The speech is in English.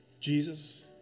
Jesus